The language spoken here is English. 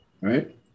right